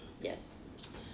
Yes